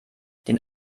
den